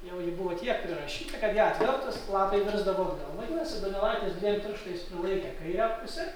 jau buvo tiek prirašyta kad ją atvertus lapai virsdavo atgal vadinasi donelaitis dviem pirštais prilaikė kairę pusę